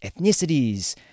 ethnicities